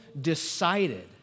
decided